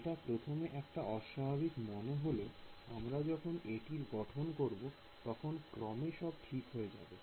এটা প্রথম একটি অস্বাভাবিক মনে হলেও আমরা যখন এটির গঠন করবো তখন ক্রমে সব ঠিক হয়ে যাবে